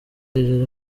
yijeje